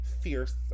fierce